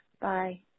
Bye